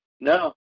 No